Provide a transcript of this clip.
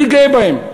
אני גאה בהם.